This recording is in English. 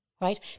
right